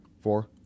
four